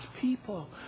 people